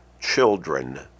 children